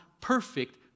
perfect